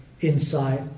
insight